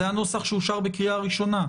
זה הנוסח שאושר בקריאה ראשונה.